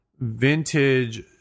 vintage